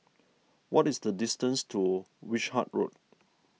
what is the distance to Wishart Road